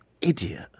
Idiot